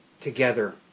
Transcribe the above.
together